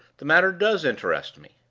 the matter does interest me.